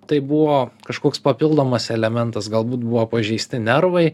tai buvo kažkoks papildomas elementas galbūt buvo pažeisti nervai